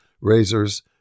razors